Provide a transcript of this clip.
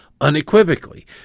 unequivocally